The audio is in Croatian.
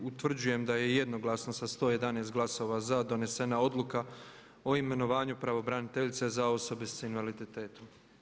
Utvrđujem da je jednoglasno sa 111 glasova za donesena odluka o imenovanju pravobraniteljice za osobe s invaliditetom.